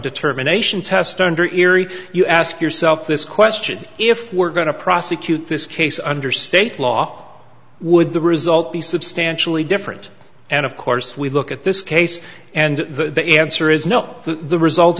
determination test under eerie you ask yourself this question if we're going to prosecute this case under state law would the result be substantially different and of course we look at this case and the answer is no the result